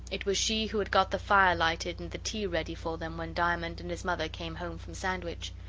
it was she who had got the fire lighted and the tea ready for them when diamond and his mother came home from sandwich.